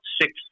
six